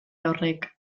horrek